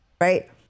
right